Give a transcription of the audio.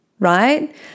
right